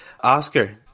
Oscar